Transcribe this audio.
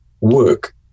work